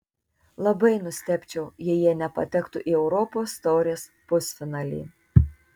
labai nustebčiau jei jie nepatektų į europos taurės pusfinalį